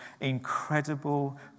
incredible